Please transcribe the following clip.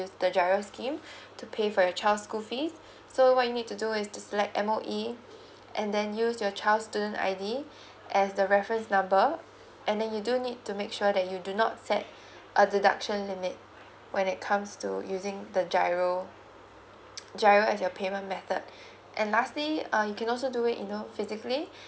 the giro scheme to pay for your child school fees so what you need to do is select M_O_E and then use your child's student I_D as the reference number and then you do need to make sure that you do not set uh deduction limit when it comes to using the giro giro as your payment method and lastly um can also do it you know physically